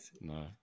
No